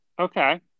Okay